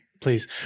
please